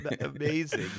amazing